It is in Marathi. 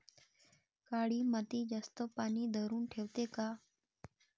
काळी माती जास्त पानी धरुन ठेवते का?